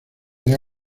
dio